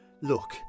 Look